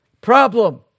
Problem